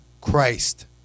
Christ